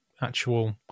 actual